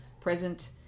present